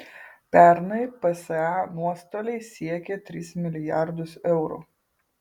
pernai psa nuostoliai siekė tris milijardus eurų